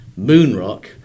Moonrock